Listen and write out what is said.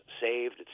saved